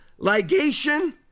ligation